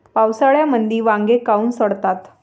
पावसाळ्यामंदी वांगे काऊन सडतात?